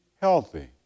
healthy